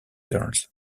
girls